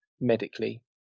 medically